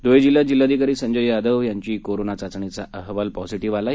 धुळे जिल्ह्यात जिल्हाधिकारी संजय यादव यांची कोरोना चाचणीचा अहवाल पॉझिटिव्ह आला आहे